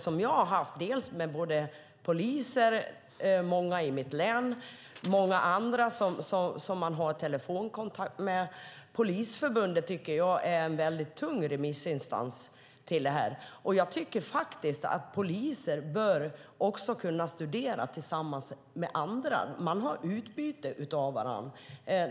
som sades. Jag har talat med många poliser i mitt hemlän och haft telefonkontakt med andra. Polisförbundet är en tung remissinstans, och jag tycker att poliser bör kunna studera tillsammans med andra. Man har utbyte av varandra.